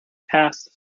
passed